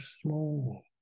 small